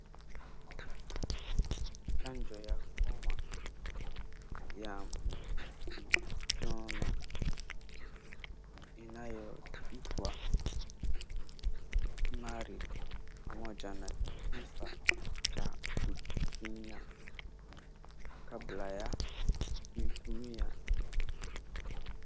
Chanjo ya homa ya manjano inayoitwa Stamaril , pamoja na kifaa cha kufinya kabla ya kuitumia.